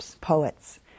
poets